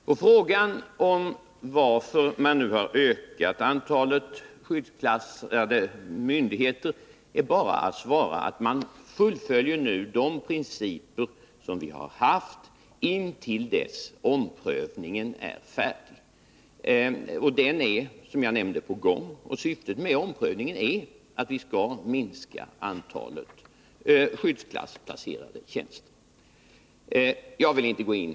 Herr talman! På frågan varför man nu har ökat antalet skyddsklassade myndigheter är bara att svara att man fullföljer de principer som vi har haft, intill dess omprövningen är färdig. Och den är, som jag nämnde, på gång. Syftet med omprövningen är att vi skall minska antalet skyddsklassplacerade tjänster.